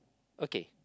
okay